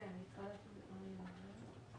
יעקב,